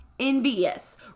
envious